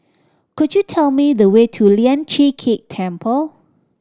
could you tell me the way to Lian Chee Kek Temple